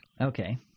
Okay